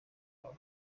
wawe